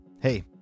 Hey